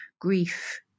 grief